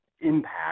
impact